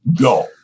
go